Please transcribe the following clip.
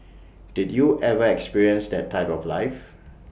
did you ever experience that type of life